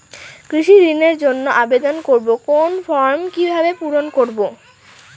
কৃষি ঋণের জন্য আবেদন করব কোন ফর্ম কিভাবে পূরণ করব?